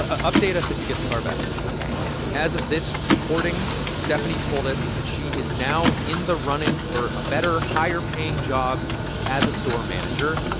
ah update us if you get the car back ok as of this recording, stephanie told us that she is now in the running for a better, higher-paying job as a store manager.